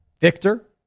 Victor